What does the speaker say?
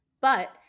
But-